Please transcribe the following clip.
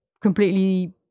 completely